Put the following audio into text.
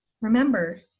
Remember